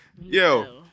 Yo